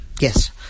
yes